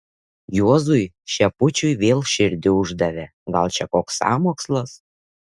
juozui šepučiui vėl širdį uždavė čia gal koks sąmokslas